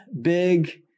big